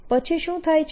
પછી શું થાય છે